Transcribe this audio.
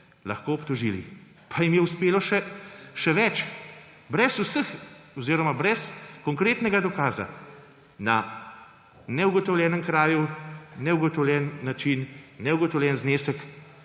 lahko obtožili. Pa jim je uspelo še več! Brez konkretnega dokaza − na neugotovljenem kraju, neugotovljen način, neugotovljen znesek